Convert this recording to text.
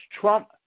Trump